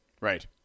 Right